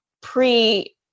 pre